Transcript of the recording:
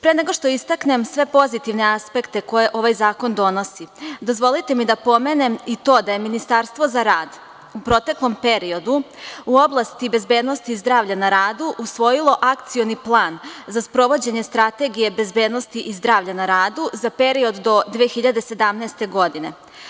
Pre nego što istaknem sve pozitivne aspekte koje ovaj zakon donosi, dozvolite mi da pomenem i to da je Ministarstvo za rad u proteklom periodu u oblasti bezbednosti zdravlja na radu usvojilo Akcioni plan za sprovođenje Strategije bezbednosti i zdravlja na radu za period do 2017. godine.